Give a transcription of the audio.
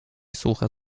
słucha